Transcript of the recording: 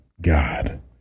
God